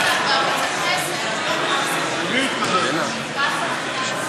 להסיר מסדר-היום את הצעת חוק לתיקון פקודת התעבורה